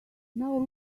now